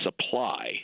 supply